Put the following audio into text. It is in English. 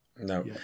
No